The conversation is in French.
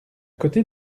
côté